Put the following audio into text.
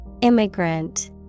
Immigrant